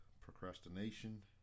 procrastination